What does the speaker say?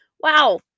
Wow